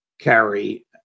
carry